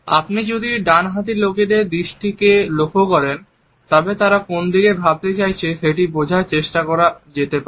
আপনি যদি ডানহাতি লোকেদের দৃষ্টিকে লক্ষ্য করেন তবে তারা কোনদিকে ভাবতে চাইছে সেটি বোঝার চেষ্টা করা যেতে পারে